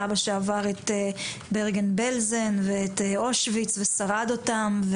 סבא שעבר את ברגן-בלזן ואת אושוויץ ושרד אותם,